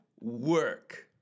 work